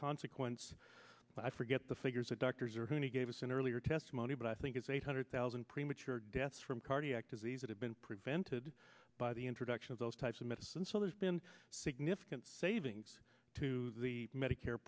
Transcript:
consequence i forget the figures of doctors or whom he gave us in earlier testimony but i think it's eight hundred thousand premature deaths from cardiac disease that have been prevented by the introduction of those types of medicine so there's been significant savings to the medicare